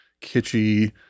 kitschy